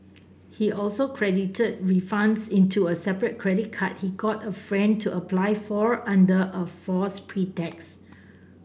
he also credited refunds into a separate credit card he got a friend to apply for under a false pretext